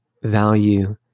value